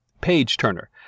Page-Turner